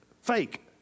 Fake